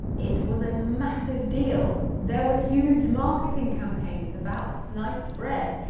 it was a massive deal. there were huge marketing campaigns about sliced bread.